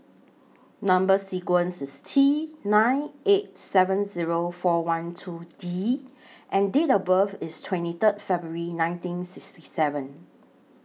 Number sequence IS T nine eight seven Zero four one two D and Date of birth IS twenty thrid February nineteen sixty seven